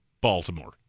baltimore